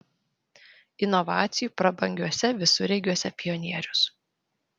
inovacijų prabangiuose visureigiuose pionierius